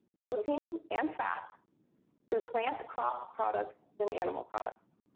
protein and fat through plant crop products than animal products.